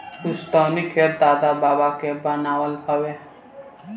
पुस्तैनी खेत दादा बाबा के बनावल हवे